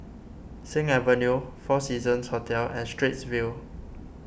Sing Avenue four Seasons Hotel and Straits View